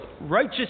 righteous